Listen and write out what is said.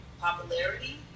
popularity